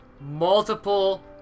multiple